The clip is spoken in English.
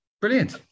Brilliant